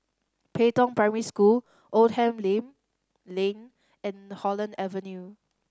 Pei Tong Primary School Oldham Lane Lane and Holland Avenue